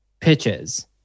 pitches